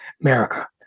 America